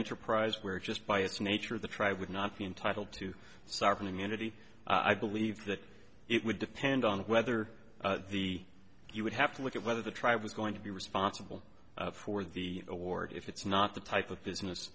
enterprise where just by its nature the tribe would not be entitled to soften immunity i believe that it would depend on whether the you would have to look at whether the tribe was going to be responsible for the award if it's not the type of business